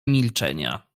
milczenia